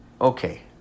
Okay